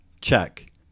Check